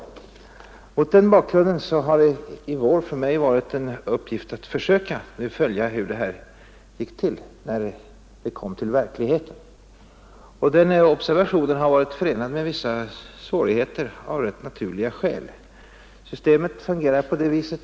Mot den bakgrunden har det i vår för mig varit en uppgift att försöka följa hur det gick när det här kom ut i verkligheten. Den observationen har varit förenad med vissa svårigheter, av rätt naturliga skäl. Systemet fungerar på följande sätt.